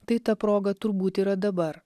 tai ta proga turbūt yra dabar